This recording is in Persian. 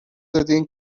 دادین